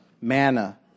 Manna